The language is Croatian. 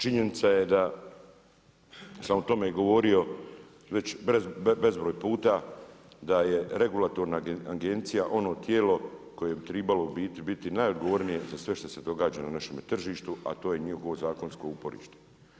Činjenica je da sam o tome govorio već bezbroj puta, da je regulatorna agencija ono tijelo koje bi trebalo najodgovornije za sve što se događa na našem tržištu, s to je njihovo zakonsko uporište.